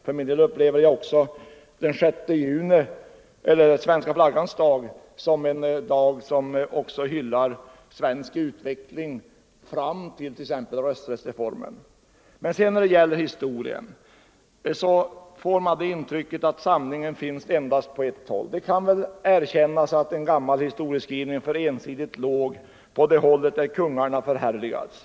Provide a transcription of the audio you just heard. För min del upplever jag också Svenska Flaggans dag som en dag som även hyllar svensk utveckling fram till exempelvis rösträttsreformen. Men när det sedan gäller historien, så får man det intrycket att sanningen finns endast på ett håll. Det kan väl erkännas att en gammal historieskrivning för ensidigt låg på det håll där kungarna förhärligats.